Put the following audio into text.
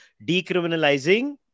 decriminalizing